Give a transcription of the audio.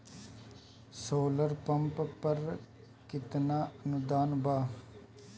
Solar pump पर केतना अनुदान बा?